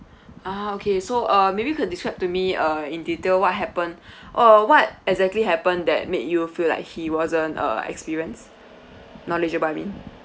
ah okay so uh maybe you can describe to me uh in detail what happen or what exactly happen that make you feel like he wasn't uh experienced knowledgeable I mean